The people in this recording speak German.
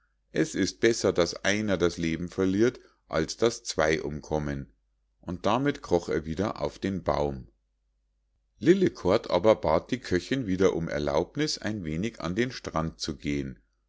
es ist besser daß einer das leben verliert als daß zwei umkommen und damit kroch er wieder auf den baum lillekort aber bat die köchinn wieder um erlaubniß ein wenig an den strand zu gehen